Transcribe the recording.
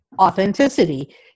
authenticity